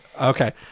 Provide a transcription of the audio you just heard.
Okay